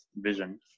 vision